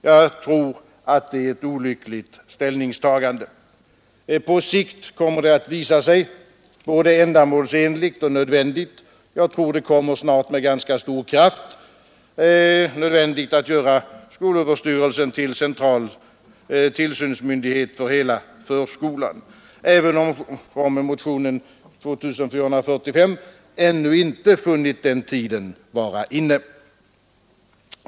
Jag tror att det är ett olyckligt ställningstagande. På sikt kommer det att visa sig både ändamålsenligt och nödvändigt att göra skolöverstyrelsen till central tillsynsmyndighet för hela förskolan, även om motionen 2045 ännu inte funnit den tiden vara inne.